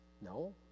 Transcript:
no